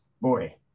boy